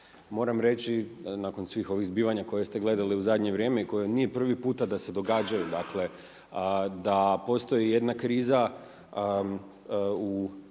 moram reći nakon svih ovih zbivanja koje ste gledali u zadnje vrijeme i koje nije prvi puta da se događaju, dakle da postoji jedna kriza u studenskoj